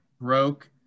broke